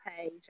page